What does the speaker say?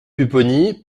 pupponi